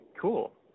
cool